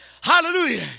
Hallelujah